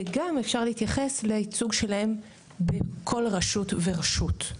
וגם אפשר להתייחס לייצוג שלהם בכל רשות ורשות,